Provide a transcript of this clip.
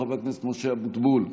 חבר הכנסת משה אבוטבול,